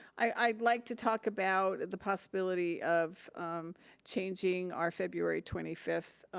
i'd like to talk about the possibility of changing our february twenty fifth